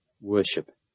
worship